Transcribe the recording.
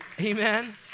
Amen